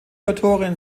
autorin